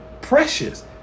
precious